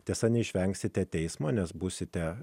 tiesa neišvengsite teismo nes būsite